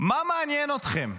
מה מעניין אתכם?